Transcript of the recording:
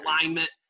alignment